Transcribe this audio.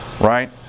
Right